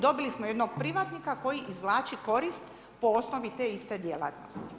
Dobili smo jednog privatnika koji izvlači korist po osnovi te iste djelatnosti.